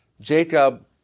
Jacob